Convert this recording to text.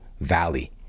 Valley